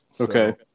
okay